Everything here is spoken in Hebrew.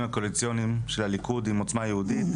הקואליציוניים של הליכוד עם עוצמה יהודית,